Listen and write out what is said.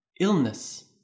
illness